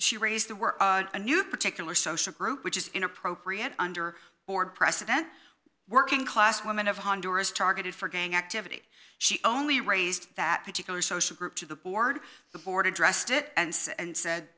she raised the were a new particular social group which is inappropriate under board president working class women of honduras targeted for gang activity she only raised that particular social group to the board the board addressed it and said and said